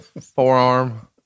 Forearm